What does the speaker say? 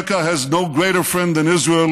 America has no greater friend than Israel,